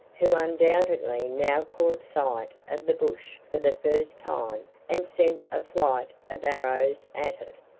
who undoubtedly now caught sight of the bush for the first time and sent a flight of arrows at it.